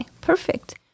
perfect